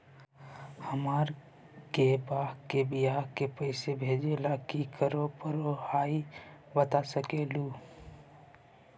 हमार के बह्र के बियाह के पैसा भेजे ला की करे परो हकाई बता सकलुहा?